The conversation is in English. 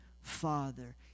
Father